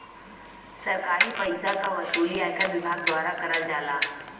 सरकारी पइसा क वसूली आयकर विभाग द्वारा करल जाला